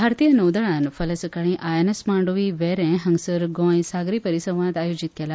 भारतीय नौदलान फाल्यां सकाळीं आयएनएस मांडवी वेरें हांगा गोंय सागरी परिसंवाद आयोजीत केला